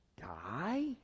die